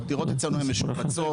הדירות אצלנו הן משופצות.